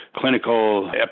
clinical